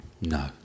No